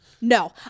No